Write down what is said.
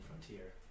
Frontier